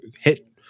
hit